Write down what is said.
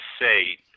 say